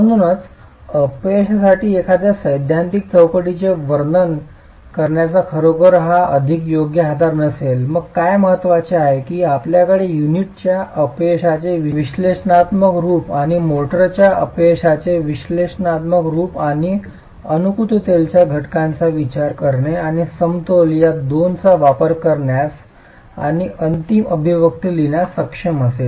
म्हणूनच अपयशासाठी एखाद्या सैद्धांतिक चौकटीचे वर्णन करण्याचा खरोखर हाच अधिक योग्य आधार असेल तर मग काय महत्त्वाचे आहे की आपल्याकडे युनिटच्या अपयशाचे विश्लेषणात्मक रूप आणि मोर्टारच्या अपयशाचे विश्लेषणात्मक स्वरूप आणि अनुकूलतेच्या घटकांचा विचार करणे आणि समतोल या दोनचा वापर करण्यास आणि अंतिम अभिव्यक्ती लिहिण्यास सक्षम असेल